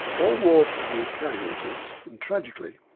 all wars produce casualties and, tragically,